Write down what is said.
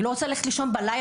היא לא רוצה ללכת לישון בלילה.